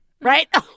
Right